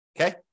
Okay